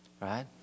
right